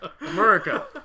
America